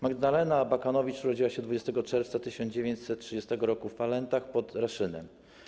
Magdalena Abakanowicz urodziła się 20 czerwca 1930 r. w Falentach pod Raszynem.